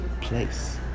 place